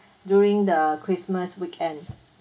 during the christmas weekend